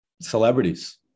celebrities